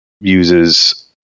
uses